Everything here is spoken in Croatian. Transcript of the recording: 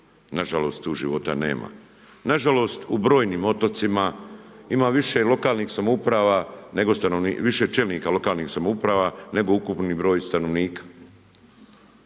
Nažalost tu života nema. Nažalost u brojnim otocima ima više lokalnih samouprava nego stanovnika,